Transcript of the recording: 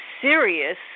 serious